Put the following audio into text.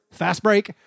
fastbreak